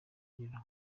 kugira